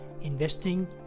investing